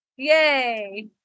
Yay